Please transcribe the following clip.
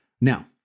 Now